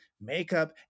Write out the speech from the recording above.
makeup